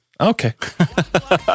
Okay